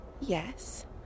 Yes